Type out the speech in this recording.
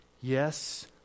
yes